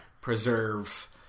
preserve